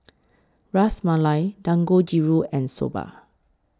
Ras Malai Dangojiru and Soba